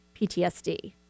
PTSD